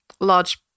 large